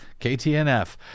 KTNF